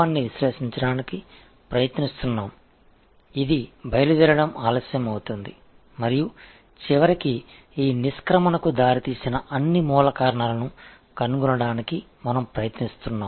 எனவே இந்த விளைவை நாம் பகுப்பாய்வு செய்ய முயற்சிக்கிறோம் இது தாமதமான புறப்பாடு மற்றும் இறுதியில் இந்த புறப்படுவதற்கு காரணமான அனைத்து மூல காரணங்களையும் கண்டுபிடிக்க முயற்சிக்கிறோம்